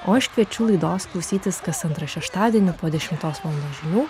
o aš kviečiu laidos klausytis kas antrą šeštadienį po dešimtos valandos žinių